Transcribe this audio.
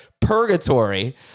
purgatory